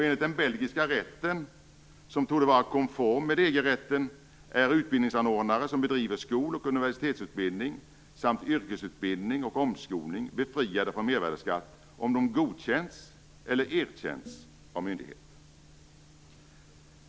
Enligt den belgiska rätten, som torde vara konform med EG rätten, är utbildningsanordnare som bedriver skol och universitetsutbildning samt yrkesutbildning och omskolning befriade från mervärdesskatt om de godkänts eller erkänts av myndighet.